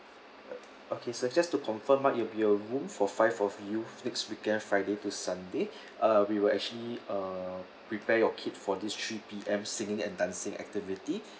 okay sir just to confirm what you your room for five for you next weekend friday to sunday uh we will actually uh prepare your kid for this three P_M singing and dancing activity